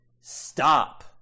stop